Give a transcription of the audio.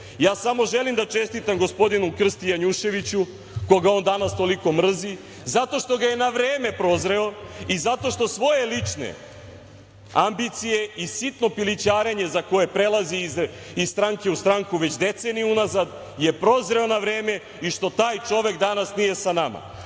samo želim da čestitam gospodinu Krsti Janjuševiću, koga on danas toliko mrzi, zato što ga je na vreme prozreo i zato što svoje lične ambicije i sitno pilićarenje za koje prelazi iz stranke u stranku već decenijama je prozreo na vreme i što taj čovek danas nije sa nama,